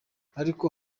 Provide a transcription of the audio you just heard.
ariko